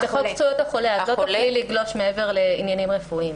בחוק זכויות החולה אי אפשר לגלוש מעבר לעניינים רפואיים.